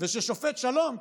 וששופט שלום,